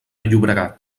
llobregat